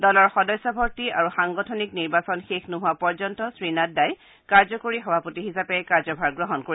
দলৰ সদস্য ভৰ্তি আৰু সাংগঠনিক নিৰ্বাচন শেষ নোহোৱা পৰ্যন্ত শ্ৰীনাড্ডাই কাৰ্যকৰী সভাপতি হিচাপে কাৰ্যভাৰ গ্ৰহণ কৰিব